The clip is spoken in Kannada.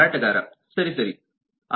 ಮಾರಾಟಗಾರ ಸರಿ ಸರಿ ಸರಿ